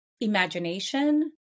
imagination